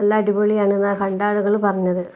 എല്ലാം അടിപൊളിയാണ് എന്നാണ് കണ്ട ആളുകൾ പറഞ്ഞത്